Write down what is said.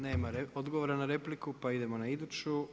Nema odgovor na repliku, pa idemo na iduću.